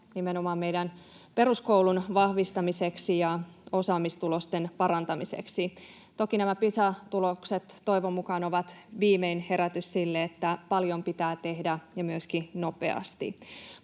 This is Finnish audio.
nimenomaan meidän peruskoulun vahvistamiseksi ja osaamistulosten parantamiseksi. Toki nämä Pisa-tulokset toivon mukaan ovat viimein herätys siihen, että paljon pitää tehdä ja myöskin nopeasti.